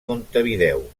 montevideo